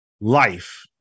life